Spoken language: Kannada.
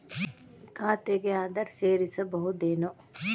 ಖಾತೆಗೆ ಆಧಾರ್ ಸೇರಿಸಬಹುದೇನೂ?